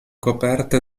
coperte